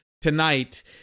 tonight